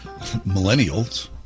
millennials